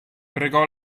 pregò